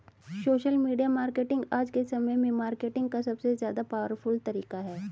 social media marketing आज के समय में मार्केटिंग का सबसे ज्यादा पॉवरफुल तरीका है